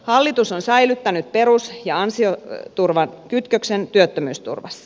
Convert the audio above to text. hallitus on säilyttänyt perus ja ansioturvan kytköksen työttömyysturvassa